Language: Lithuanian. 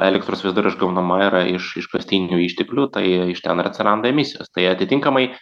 elektros vis dar išgaunama yra iš iškastinių išteklių tai iš ten ir atsiranda emisijos tai atitinkamai